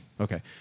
Okay